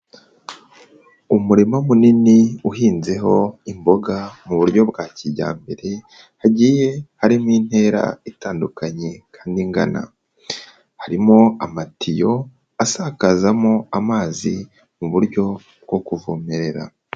Umurima munini uhinzeho imboga mu buryo bwa kijyambere, hagiye harimo intera itandukanye kandi ingana, harimo amatiyo asakazamo amazi mu buryo bwo kuvomerera.